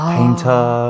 Painter